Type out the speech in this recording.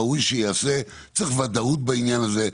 צריך ודאות בעניין הזה.